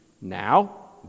now